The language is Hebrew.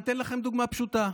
אני אתן דוגמה פשוטה: